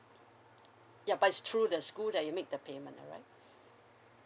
ya but it's through the school that you make the payment alright